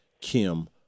Kim